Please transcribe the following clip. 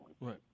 Right